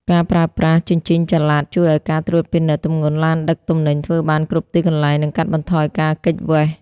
ការប្រើប្រាស់ "ជញ្ជីងចល័ត" ជួយឱ្យការត្រួតពិនិត្យទម្ងន់ឡានដឹកទំនិញធ្វើបានគ្រប់ទីកន្លែង និងកាត់បន្ថយការគេចវេស។